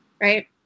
Right